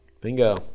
Bingo